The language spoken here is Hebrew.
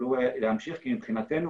יוכלו להמשיך כי מבחינתנו